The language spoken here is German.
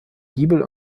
giebel